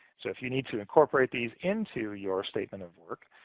so if you need to incorporate these into your statement of work,